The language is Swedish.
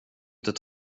inte